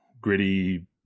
gritty